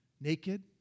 naked